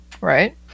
Right